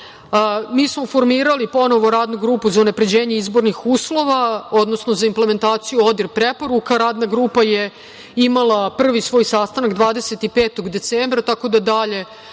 Mi smo formirali ponovo Radnu grupu za unapređenje izbornih uslova, odnosno za implementaciju ODIR preporuka. Radna grupa je imala prvi svoj sastanak 25. decembra, tako da dalje